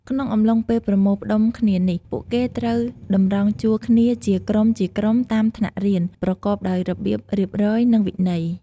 ក្នុងអំឡុងពេលប្រមូលផ្តុំគ្នានេះ ពួកគេត្រូវ តម្រង់ជួរគ្នាជាក្រុមៗតាមថ្នាក់រៀន ប្រកបដោយ របៀបរៀបរយ និងវិន័យ។